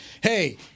hey